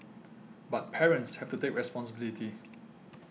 but parents have to take responsibility